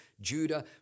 Judah